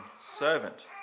servant